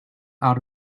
out